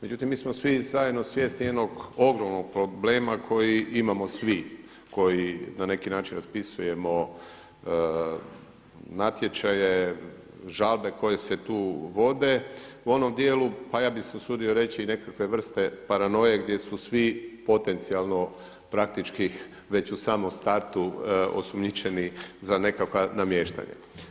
Međutim, mi smo svi zajedno svjesni jednog ogromnog problema koji imamo svi koji na neki način raspisujemo natječaje, žalbe koje se tu vode u onom dijelu, pa ja bi se usudio reći i nekakve vrste paranoje gdje su svi potencijalno praktički već u samom startu osumnjičeni za nekakva namještanja.